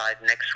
next